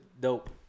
dope